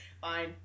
Fine